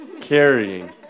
carrying